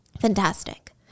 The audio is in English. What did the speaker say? Fantastic